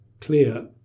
clear